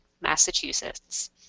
Massachusetts